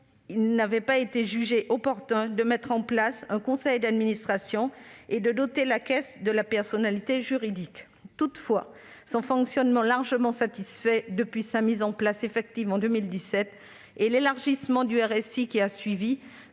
il n'avait pas été jugé opportun de mettre en place un conseil d'administration ni de doter la caisse de la personnalité juridique. Toutefois, son fonctionnement largement satisfaisant depuis sa mise en place effective en 2017 et son élargissement au régime social